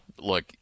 look